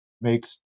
makes